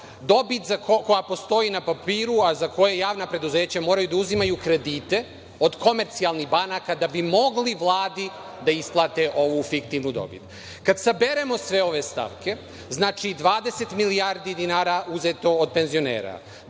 dobit za koliko postoji na papiru, a za koje javna preduzeća moraju da uzimaju kredite od komercijalnih banaka da bi mogli Vladi da isplate ovu fiktivnu dobit. Kada saberemo sve ove stavke, znači 20 milijardi dinara uzeto od penzionera,